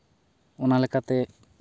ᱚᱱᱟᱞᱮᱠᱟᱛᱮ